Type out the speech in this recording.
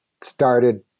started –